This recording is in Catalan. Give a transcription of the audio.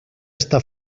està